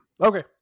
Okay